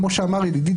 כמו שאמר ידידי,